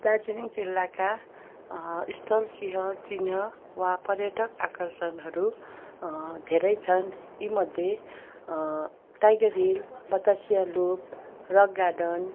दार्जिलिङ जिल्लाका स्थल चिह चिन्ह वा पर्यटक आकर्षणहरू धेरै छन् यी मध्ये Tiger Hill Batasia Loop Rock garden